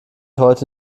heute